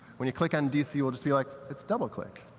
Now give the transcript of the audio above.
when you click on dc, you will just be like, it's doubleclick.